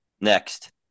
next